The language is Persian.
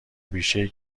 بیشهای